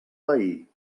veí